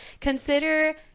consider